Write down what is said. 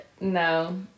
no